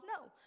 No